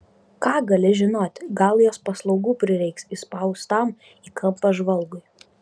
ką gali žinoti gal jos paslaugų prireiks įspaustam į kampą žvalgui